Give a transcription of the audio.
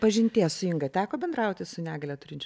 pažinties su inga teko bendrauti su negalią turinčiu